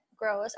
grows